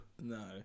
No